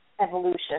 evolution